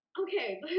Okay